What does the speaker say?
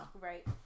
Right